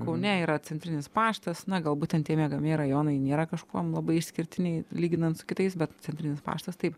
kaune yra centrinis paštas na galbūt ten tie miegamieji rajonai nėra kažkuom labai išskirtiniai lyginant su kitais bet centrinis paštas taip